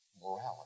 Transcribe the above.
Morality